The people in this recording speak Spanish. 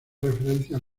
referencias